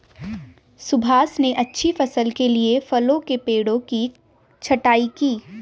सुभाष ने अच्छी फसल के लिए फलों के पेड़ों की छंटाई की